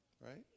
Right